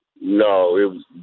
No